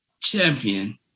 champion